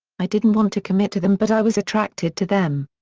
i didn't want to commit to them but i was attracted to them.